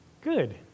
good